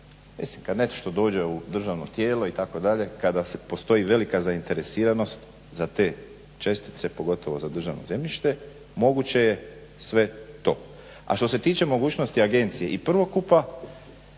mislim kad nešto dođe u državno tijelo itd. kada postoji velika zainteresiranost za te čestice pogotovo za državno zemljište moguće je sve to. A što se tiče mogućnosti agencije i prvokupa,